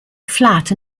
flat